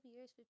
years